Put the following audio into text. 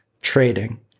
trading